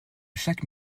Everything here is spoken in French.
chaque